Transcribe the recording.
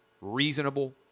reasonable